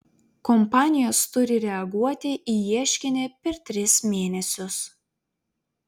kompanijos turi reaguoti į ieškinį per tris mėnesius